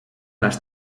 les